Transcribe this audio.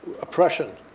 oppression